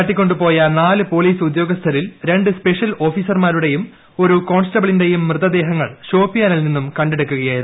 തട്ടിക്കൊണ്ടുപോയ നാല് പോലീസ് ഉദ്യോഗസ്ഥരിൽ രണ്ട് സ്പെഷ്യൽ ഓഫീസർമാരുടെയും ഒരു കോൺസ്റ്റബിളിന്റേയും മൃതദേഹങ്ങൾ ഷോപിയാനിൽ നിന്നും കണ്ടെടുക്കുകയായിരുന്നു